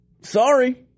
Sorry